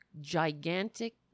gigantic